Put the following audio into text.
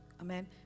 Amen